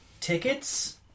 tickets